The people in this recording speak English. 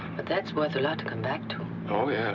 that's worth a lot to come back to. oh, yeah